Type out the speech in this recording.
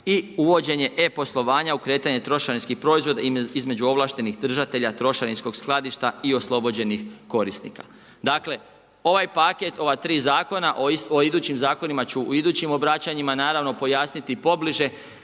i uvođenje e-poslovanja o kretanju trošarinskih proizvoda, između ovlaštenih držatelja trošarinskog skladišta i oslobođenih korisnika. Dakle, ovaj paket, ova tri zakona, o idućim zakonima ću, u idućim obraćanjima naravno pojasniti pobliže